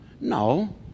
No